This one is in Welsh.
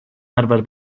arfer